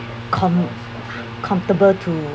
com comfortable to